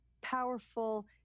powerful